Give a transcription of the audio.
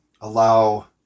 allow